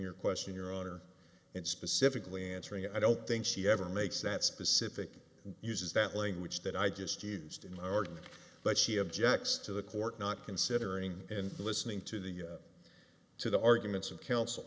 your question your honor and specifically answering i don't think she ever makes that specific uses that language that i just used in the argument but she objects to the court not considering and listening to the to the arguments of counsel